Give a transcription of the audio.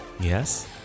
Yes